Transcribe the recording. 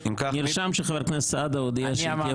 נרשם שחבר הכנסת סעדה הודיע שהיא תהיה